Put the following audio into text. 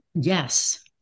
Yes